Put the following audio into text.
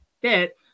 bit